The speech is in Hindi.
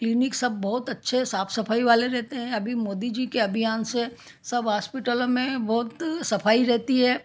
क्लीनिक सब बहुत अच्छे साफ़ साफ़ाई वाले रहते हैं अभी मोदी जी के अभियान से सब हॉस्पिटलों में बहुत सफ़ाई रहती है